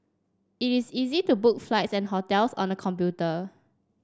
it is easy to book flights and hotels on the computer